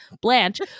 Blanche